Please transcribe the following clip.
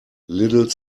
little